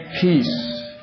peace